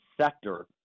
sector